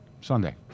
Sunday